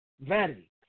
Vanity